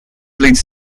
leads